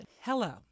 Hello